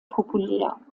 populär